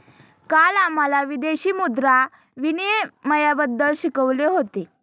काल आम्हाला विदेशी मुद्रा विनिमयबद्दल शिकवले होते